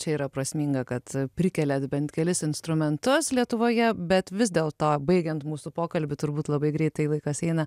čia yra prasminga kad prikeliat bent kelis instrumentus lietuvoje bet vis dėl to baigiant mūsų pokalbį turbūt labai greitai laikas eina